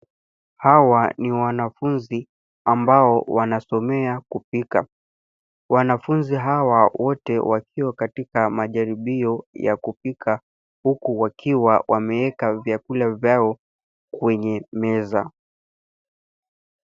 Hawa ni wanafunzi ambao wanasomea kupika. Wanafunzi hawa wote wakiwa katika majaribio ya kupika, huku wakiwa wameweka vyakula vyao kwenye meza.